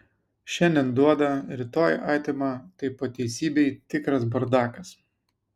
šiandien duoda rytoj atima tai po teisybei tikras bardakas